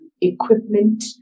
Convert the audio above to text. equipment